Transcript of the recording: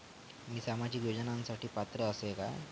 मी सामाजिक योजनांसाठी पात्र असय काय?